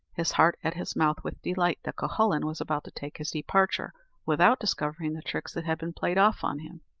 his heart at his mouth with delight that cuhullin was about to take his departure, without discovering the tricks that had been played off on him.